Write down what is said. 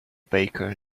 baker